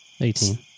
Eighteen